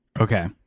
okay